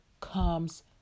comes